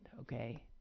okay